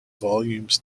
volumes